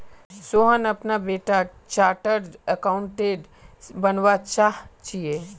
सोहन अपना बेटाक chartered accountant बनवा चाह्चेय